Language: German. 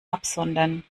absondern